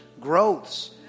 growths